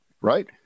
Right